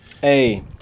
Hey